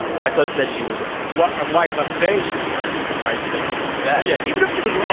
wyclef says she was right well, and um wyclef saying she was right is the right thing to say yeah, even if she was wrong.